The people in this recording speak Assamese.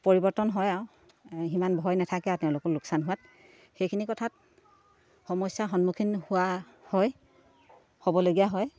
পৰিৱৰ্তন হয় আৰু সিমান ভয় নাথাকে আৰু তেওঁলোকৰ লোকচান হোৱাত সেইখিনি কথাত সমস্যাৰ সন্মুখীন হোৱা হয় হ'বলগীয়া হয়